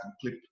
click